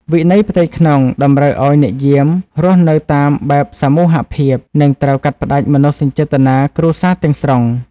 វិន័យផ្ទៃក្នុងតម្រូវឱ្យអ្នកយាមរស់នៅតាមបែបសមូហភាព និងត្រូវកាត់ផ្ដាច់មនោសញ្ចេតនាគ្រួសារទាំងស្រុង។